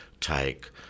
take